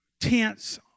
tents